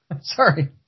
Sorry